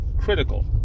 critical